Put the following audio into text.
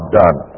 done